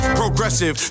progressive